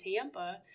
Tampa